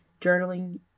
journaling